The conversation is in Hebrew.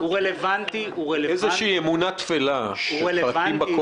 היועץ המשפטי של הכנסת איל ינון: הוא רלוונטי --- איזושהי